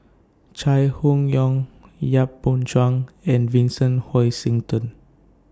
Chai Hon Yoong Yap Boon Chuan and Vincent Hoisington